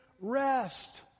Rest